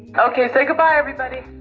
okay, say goodbye, everybody.